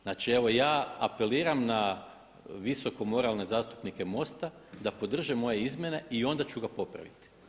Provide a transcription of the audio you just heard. Znači, evo ja apeliram na visoko moralne zastupnike MOST-a da podrže moje izmjene i onda ću ga popraviti.